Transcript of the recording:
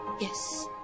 Yes